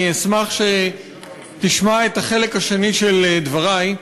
אני אשמח שתשמע את החלק השני של דברי.